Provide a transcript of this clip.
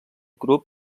grup